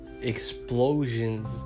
explosions